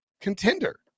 contender